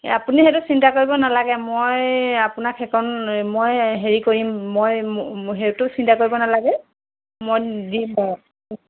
এ আপুনি সেইটো চিন্তা কৰিব নালাগে মই আপোনাক সেইকণ মই হেৰি কৰিম মই সেইটো চিন্তা কৰিব নালাগে মই দিম বাৰু